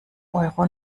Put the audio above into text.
euro